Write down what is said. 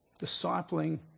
discipling